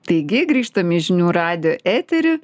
taigi grįžtam į žinių radijo eterį